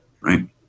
right